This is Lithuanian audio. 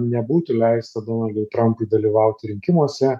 nebūtų leista donaldui trampui dalyvauti rinkimuose